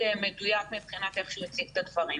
מדויק מבחינת איך שהוא הציג את הדברים.